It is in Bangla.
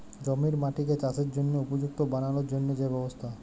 জমির মাটিকে চাসের জনহে উপযুক্ত বানালর জন্হে যে ব্যবস্থা